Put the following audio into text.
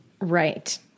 right